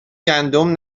گندم